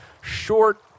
short